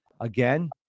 Again